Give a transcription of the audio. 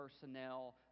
personnel